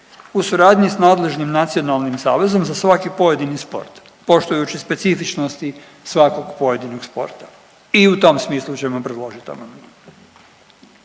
u suradnji sa nadležnim nacionalnim savezom za svaki pojedini sport poštujući specifičnosti svakog pojedinog sporta i u tom smislu ćemo predložiti